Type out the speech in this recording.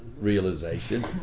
realization